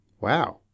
Wow